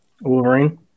Wolverine